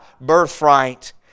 birthright